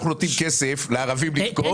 אנחנו נותנים כסף לערבים לתקוף.